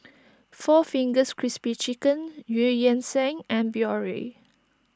four Fingers Crispy Chicken Eu Yan Sang and Biore